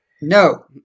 No